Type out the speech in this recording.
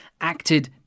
acted